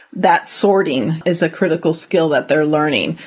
that sorting is a critical skill that they're learning,